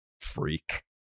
Freak